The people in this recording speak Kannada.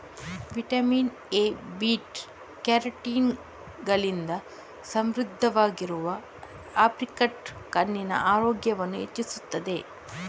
ವಿಟಮಿನ್ ಎ, ಬೀಟಾ ಕ್ಯಾರೋಟಿನ್ ಗಳಿಂದ ಸಮೃದ್ಧವಾಗಿರುವ ಏಪ್ರಿಕಾಟ್ ಕಣ್ಣಿನ ಆರೋಗ್ಯವನ್ನ ಹೆಚ್ಚಿಸ್ತದೆ